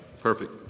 perfect